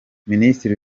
ministeri